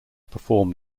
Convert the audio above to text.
perform